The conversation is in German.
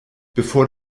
bevor